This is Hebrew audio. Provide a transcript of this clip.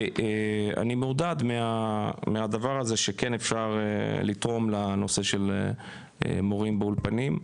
ואני מעודד מהדבר הזה שכן אפשר לתרום לנושא של מורים באולפנים.